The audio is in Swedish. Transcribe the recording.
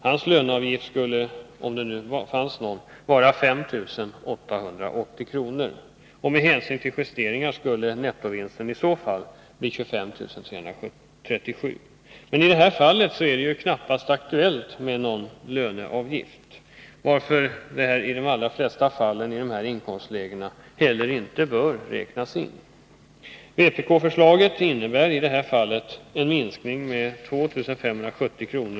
Hans löneavgift skulle, om det fanns någon, vara 5 880 kr. och med hänsyn till justeringar skulle hans nettovinst bli 25 337 kr. Men i detta fall är det knappast aktuellt med löneavgift, varför denna i de allra flesta fall i dessa inkomstlägen inte bör räknas in. Vpk-förslaget innebär i detta fall en minskning med 2 570 kr.